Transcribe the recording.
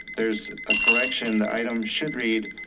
there's a correction. the item should read,